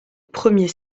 premier